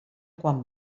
quan